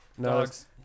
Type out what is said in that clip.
Dogs